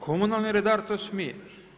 Komunalni redar to smije.